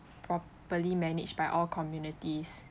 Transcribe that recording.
properly managed by all communities